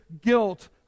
guilt